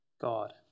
God